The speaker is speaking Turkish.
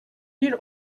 bir